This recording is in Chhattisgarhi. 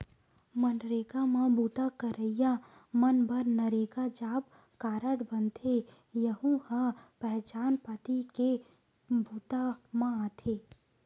मनरेगा म बूता करइया मन बर नरेगा जॉब कारड बनथे, यहूं ह पहचान पाती के बूता म आथे